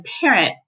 parent